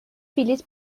بلیط